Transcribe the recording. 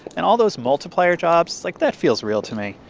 and all those multiplier jobs like, that feels real to me.